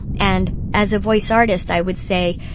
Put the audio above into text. and as a voice artist, i would say,